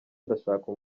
ndashaka